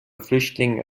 flüchtigen